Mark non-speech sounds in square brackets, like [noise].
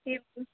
[unintelligible]